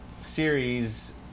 series